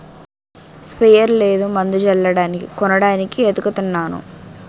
sprayer లేదు మందు జల్లడానికి కొనడానికి ఏతకతన్నాను